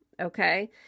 Okay